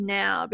now